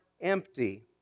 empty